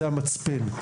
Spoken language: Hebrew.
זה המצפן.